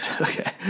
Okay